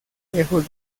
lejos